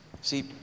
See